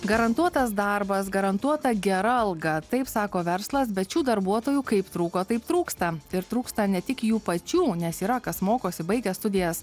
garantuotas darbas garantuota gera alga taip sako verslas bet šių darbuotojų kaip trūko taip trūksta ir trūksta ne tik jų pačių nes yra kas mokosi baigia studijas